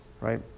right